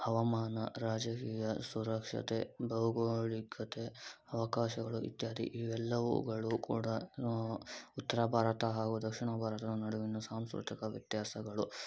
ಹವಾಮಾನ ರಾಜಕೀಯ ಸುರಕ್ಷತೆ ಭೌಗೋಳಿಕತೆ ಅವಕಾಶಗಳು ಇತ್ಯಾದಿ ಇವೆಲ್ಲವುಗಳು ಕೂಡ ಉತ್ತರ ಭಾರತ ಹಾಗೂ ದಕ್ಷಿಣ ಭಾರತದ ನಡುವಿನ ಸಾಂಸ್ಕ್ರತಿಕ ವ್ಯತ್ಯಾಸಗಳು